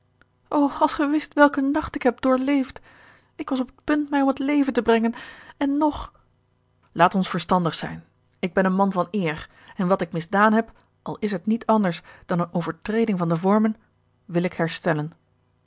als gij wist welk een nacht ik heb doorleefd ik was op het punt mij om t leven te brengen en nog laat ons verstandig zijn ik ben een man van eer en wat ik misdaan heb al is het niet anders dan eene overtreding van de vormen wil ik herstellen